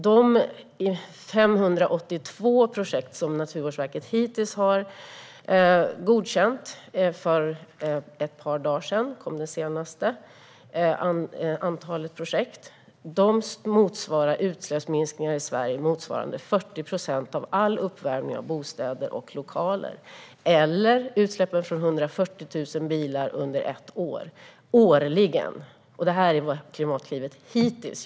De 582 projekt som Naturvårdsverket har godkänt hittills - det senaste antalet kom för ett par dagar sedan - motsvarar utsläppsminskningar i Sverige motsvarande 40 procent av all uppvärmning av bostäder och lokaler, eller utsläppen från 140 000 bilar årligen. Det är vad Klimatklivet gjort hittills.